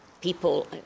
people